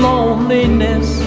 Loneliness